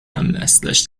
همنسلانش